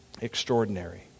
extraordinary